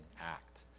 act